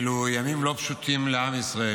אלו ימים לא פשוטים לעם ישראל.